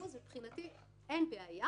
מבחינתי אין בעיה,